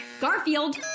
Garfield